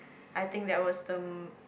I think that was the m~